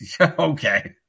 Okay